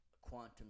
quantum